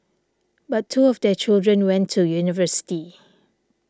but two of their children went to university